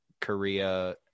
Korea